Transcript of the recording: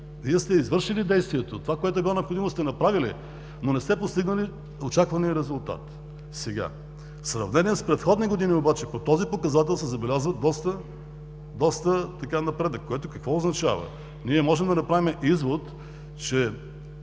Вие сте извършили действието – това, което е било необходимо, сте направили, но не сте постигнали очаквания резултат. В сравнение с предходни години обаче по този показател се забелязва доста напредък, което какво означава? Ние можем да направим извод, че